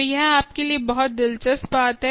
तो यह आपके लिए बहुत दिलचस्प बात है